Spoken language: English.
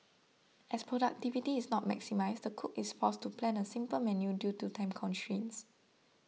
as productivity is not maximised the cook is forced to plan a simple menu due to time constraints